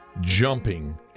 jumping